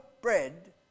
bread